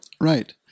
Right